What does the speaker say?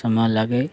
ସମୟ ଲାଗେ